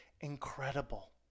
incredible